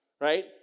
right